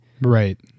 Right